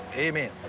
amen.